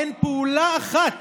אין פעולה אחת